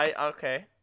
okay